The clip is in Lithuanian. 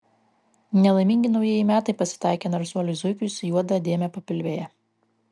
nelaimingi naujieji metai pasitaikė narsuoliui zuikiui su juoda dėme papilvėje